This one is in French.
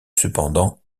cependant